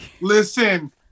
Listen